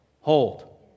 hold